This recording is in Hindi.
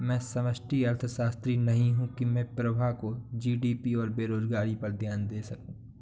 मैं समष्टि अर्थशास्त्री नहीं हूं की मैं प्रभा को जी.डी.पी और बेरोजगारी पर ज्ञान दे सकूं